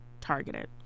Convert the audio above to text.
targeted